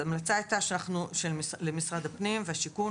ההמלצה הייתה למשרד הפנים והשיכון,